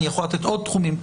אני יכול לתת עוד תחומים,